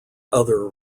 other